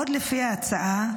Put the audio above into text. עוד לפי ההצעה,